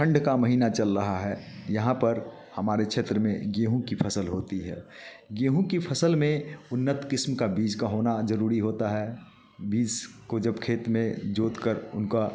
ठंड का महीना चल रहा है यहाँ पर हमारे क्षेत्र में गेहूँ की फसल होती है गेहूँ की फसल में उन्नत किस्म का बीज का होना जरूरी होता है बीज को जब खेत में जोत कर उनका